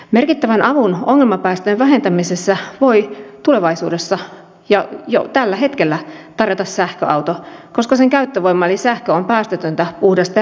merkittävän alun ongelmapäästöjen vähentämisessä voi tulevaisuudessa ja jo tällä hetkellä tarjota sähköauto koska sen käyttövoima eli sähkö on päästötöntä puhdasta ja ympäristöystävällistä